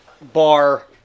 bar